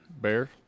bear